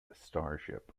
starship